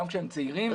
גם כשהם צעירים.